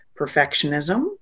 perfectionism